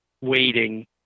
waiting